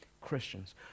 Christians